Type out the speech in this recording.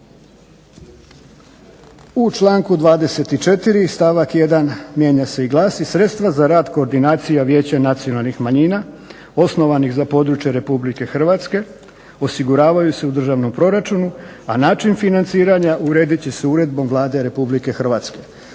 U članku 24. stavak 1. mijenja se i glasi: sredstva za rad koordinacija vijeća nacionalnih manjina osnovanih za područje Republike Hrvatske osiguravaju se u državnom proračunu, a način financiranja uredit će se uredbom Vlade Republike Hrvatske.